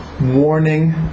warning